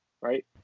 right